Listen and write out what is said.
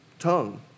tongue